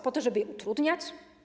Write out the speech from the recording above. Po to, żeby je utrudniać?